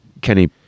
Kenny